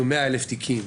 היו 100,000 תיקים,